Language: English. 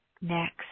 next